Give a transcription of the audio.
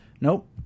nope